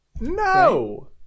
no